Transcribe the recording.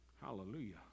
Hallelujah